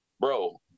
bro